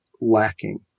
lacking